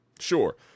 sure